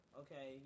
okay